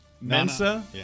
Mensa